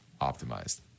optimized